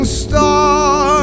star